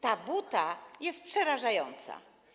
Ta buta jest przerażająca.